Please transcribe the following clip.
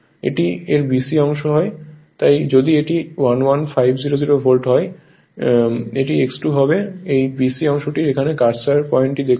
তাই যদি এটি 11500 ভোল্ট হয় এটি X2 হবে এই BC অংশটির এখানে কার্সার পয়েন্টটি দেখুন